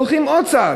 הולכים עוד צעד.